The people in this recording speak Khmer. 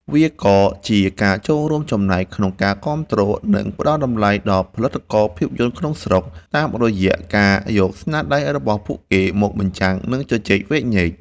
វាក៏ជាការចូលរួមចំណែកក្នុងការគាំទ្រ និងផ្ដល់តម្លៃដល់ផលិតករភាពយន្តក្នុងស្រុក តាមរយៈការយកស្នាដៃរបស់ពួកគេមកបញ្ចាំង និងជជែកវែកញែក។